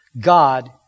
God